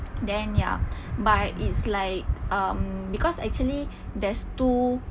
then ya but it's like um because actually there's two